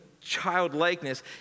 childlikeness